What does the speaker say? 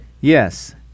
Yes